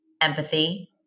empathy